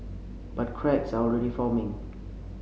but cracks are already forming